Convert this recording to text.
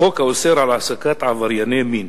החוק האוסר על העסקת עברייני מין